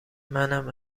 منم